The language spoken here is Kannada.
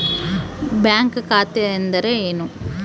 ಬ್ಯಾಂಕ್ ಖಾತೆ ಅಂದರೆ ಏನು?